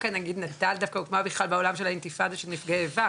נטל דווקא הוקמה בכלל בעולם של האינתיפאדה של נפגעי איבה.